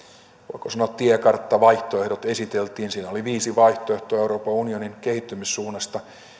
voiko sanoa tiekarttavaihtoehdot esiteltiin siellä oli viisi vaihtoehtoa euroopan unionin kehittymissuunnalle